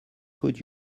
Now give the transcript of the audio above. could